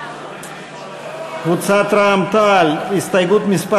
קבוצת רע"ם-תע"ל-מד"ע, הסתייגות מס'